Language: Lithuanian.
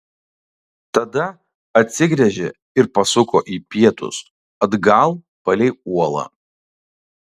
tada apsigręžė ir pasuko į pietus atgal palei uolą